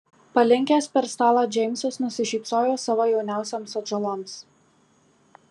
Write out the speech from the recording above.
palinkęs per stalą džeimsas nusišypsojo savo jauniausioms atžaloms